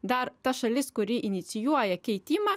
dar ta šalis kuri inicijuoja keitimą